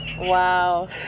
Wow